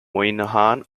moynihan